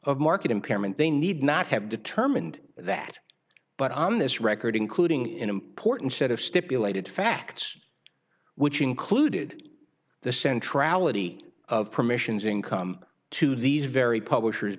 of market impairment they need not have determined that but on this record including important set of stipulated facts which included the centrale of of permissions income to these very publishers